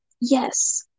yes